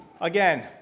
Again